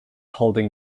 holding